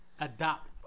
Adopt